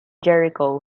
jericho